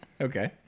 okay